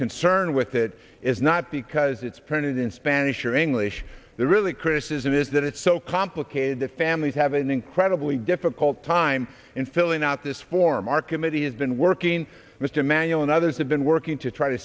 concern with it is not because it's printed in spanish or english the really criticism is that it's so complicated the families have an incredibly difficult time in filling out this form our committee has been working mr emanuel and others have been working to try to